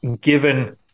given